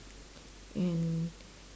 and